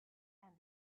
and